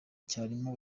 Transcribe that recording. cyarimo